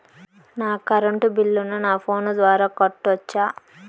నా కరెంటు బిల్లును నా ఫోను ద్వారా కట్టొచ్చా?